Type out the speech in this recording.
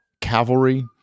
cavalry